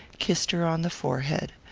kissed her on the forehead.